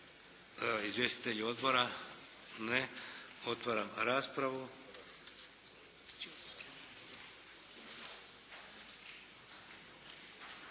Izvjestitelji odbora? Ne. Otvaram raspravu.